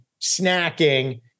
snacking